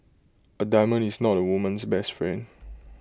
A diamond is not A woman's best friend